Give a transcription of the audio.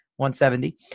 170